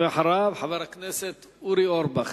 ואחריו, חבר הכנסת אורי אורבך.